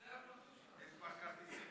אין כבר כרטיסים